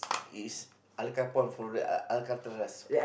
it is Al~ Alcatraz